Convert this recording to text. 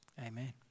Amen